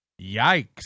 Yikes